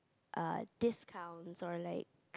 err discounts or like